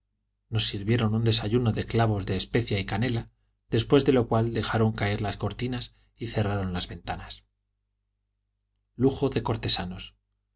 nos sirvieron un desayuno de clavos de especia y canela después de lo cual dejaron caer las cortinas y cerraron las ventanas lujo de los cortesanos